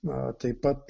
na taip pat